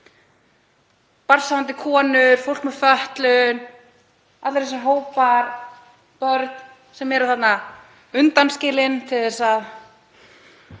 barnshafandi konur, fólk með fötlun, allir þessir hópar, börn sem eru þarna undanskilin til þess að,